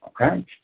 okay